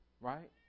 Right